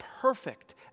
perfect